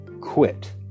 quit